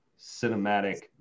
cinematic